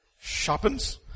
sharpens